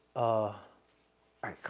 ah, all right, cool.